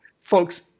Folks